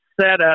setup